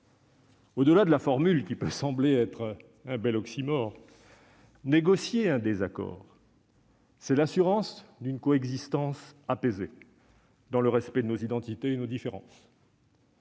Au-delà de la formule, qui peut sembler un bel oxymore, négocier un désaccord, c'est l'assurance d'une coexistence apaisée, dans le respect de nos identités et de nos différences.